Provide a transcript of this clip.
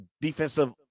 defensive